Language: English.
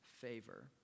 favor